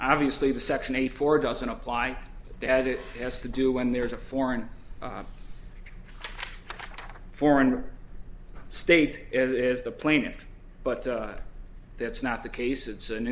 obviously the section eighty four doesn't apply that it has to do when there's a foreign foreign state as the plaintiff but that's not the case it's an